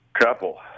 couple